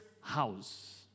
house